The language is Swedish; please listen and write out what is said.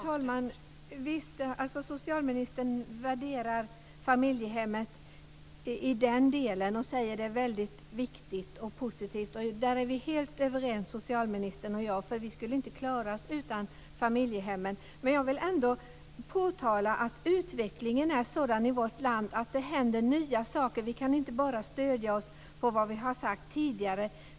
Fru talman! Socialministern värderar familjehemmen i den delen och säger att de är väldigt viktiga och positiva, och där är vi helt överens, socialministern och jag, för vi skulle inte klara oss utan familjehemmen. Men jag vill ändå påtala att utvecklingen är sådan i vårt land att det händer nya saker. Vi kan inte bara stödja oss på vad vi har sagt tidigare.